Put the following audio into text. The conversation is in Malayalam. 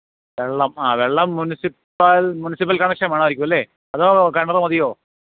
വെള്ളം ആഹ് വെള്ളം മുന്സിപ്പാല് മുന്സിപ്പല് കണക്ഷന് വേണമായിരിക്കും അല്ലേ അതോ കിണറ് മതിയോ